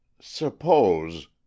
Suppose